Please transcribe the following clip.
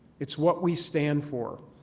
it's what we stand for.